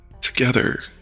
Together